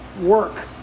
work